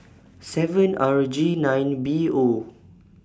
seven R G nine B O